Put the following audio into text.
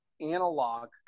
analog